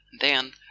Then